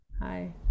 Hi